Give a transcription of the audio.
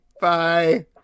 Bye